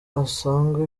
usanga